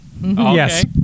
Yes